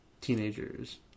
teenagers